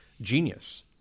genius